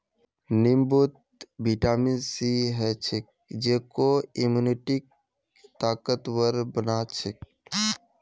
नींबूत vitamin C ह छेक जेको इम्यूनिटीक ताकतवर बना छेक